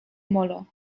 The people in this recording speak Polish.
molo